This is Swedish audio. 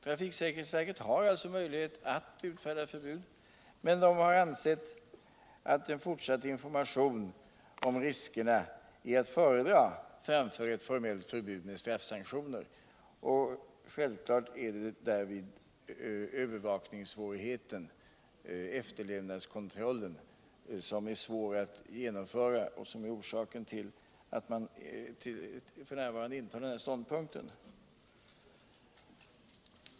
Trafiksäkerhetsverket har alltså möjlighet att utfärda förbud, men det har ansett att en fortsatt information om riskerna är att föredra framför ett formellt förbud med straffsanktioner. Självfallet skulle därvid efterlevnadskontrollen vara svår att genomföra, och det är orsaken till att verket f. n. intar den här ståndpunkten.